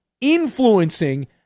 influencing